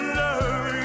love